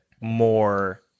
more